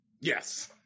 Yes